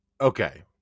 okay